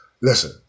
listen